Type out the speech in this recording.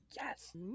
yes